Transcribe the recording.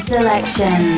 Selection